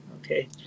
Okay